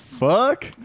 fuck